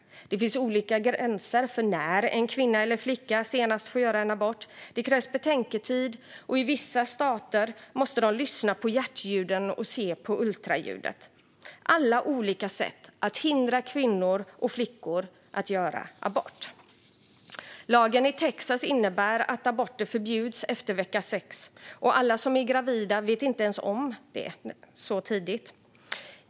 Det finns olika gränser för när en kvinna eller flicka senast får göra en abort, det krävs betänketid och i vissa stater måste man lyssna på hjärtljuden och se på ultraljudet. Allt är olika sätt att hindra kvinnor och flickor från att göra abort. Lagen i Texas innebär att aborter förbjuds efter vecka sex. Alla som är gravida vet inte ens om det så tidigt.